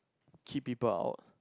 keep people out